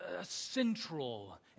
central